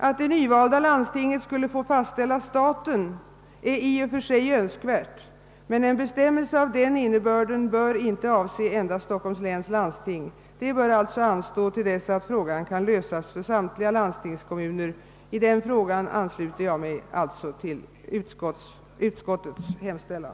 Att det nyvalda landstinget skulle få fastställa staten är i och för sig önskvärt, men en bestämmelse av den innebörden bör inte avse endast Stockholms läns landsting. En sådan bestämmelse bör alltså anstå tills frågan kan lösas för samtliga landstingskommuner. I denna fråga ansluter jag mig altlså till ut :skottets hemställan.